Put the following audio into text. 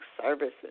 services